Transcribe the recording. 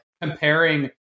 comparing